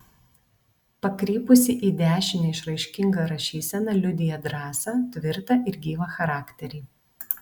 pakrypusi į dešinę išraiškinga rašysena liudija drąsą tvirtą ir gyvą charakterį